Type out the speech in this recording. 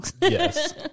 yes